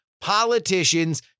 politicians